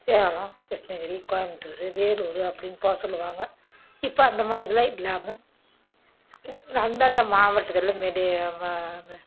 சேலம் கிருஷ்ணகிரி கோயமுத்தூரு வேலூர் அப்படின் போக சொல்லுவாங்கள் இப்போ அந்த மாதிரிலாம் இல்லாமல் இது அந்தந்த மாவட்டத்தில் மெடி வ ம்